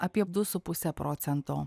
apie du su puse procento